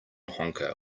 honker